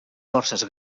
forces